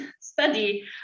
study